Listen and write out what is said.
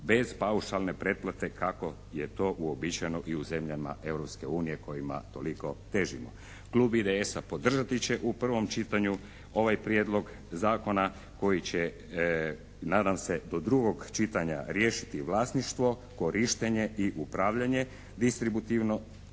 bez paušalne pretplate kako je to uobičajeno i u zemljama Europske unije kojima toliko težimo. Klub IDS-a podržati će u prvom čitanju ovaj prijedlog zakona koji će nadam se do drugo čitanja riješiti vlasništvo, korištenje i upravljanje distributivne